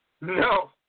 No